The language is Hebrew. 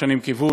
"שינוי כיוון",